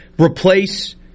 replace –